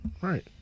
Right